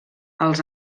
els